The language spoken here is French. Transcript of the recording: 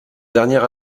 dernier